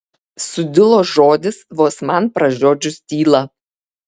sudilo žodis vos man pražiodžius tylą